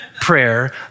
prayer